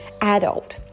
adult